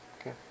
Okay